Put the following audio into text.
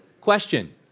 question